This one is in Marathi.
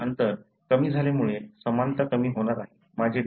जेनेटिक अंतर कमी झाल्यामुळे समानता कमी होणार आहे